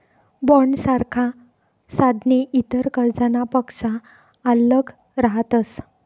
बॉण्डसारखा साधने इतर कर्जनापक्सा आल्लग रहातस